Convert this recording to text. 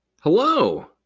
Hello